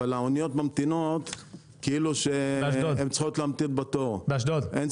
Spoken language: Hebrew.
אבל האוניות ממתינות כאילו שהם צריכות להמתין בתור.